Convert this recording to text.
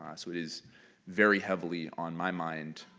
ah so it is very heavily on my mind,